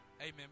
amen